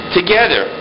together